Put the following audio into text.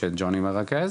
שג'וני מרכז,